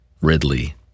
Ridley